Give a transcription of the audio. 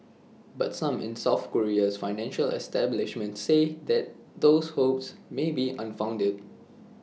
but some in south Korea's financial establishment say that those hopes may be unfounded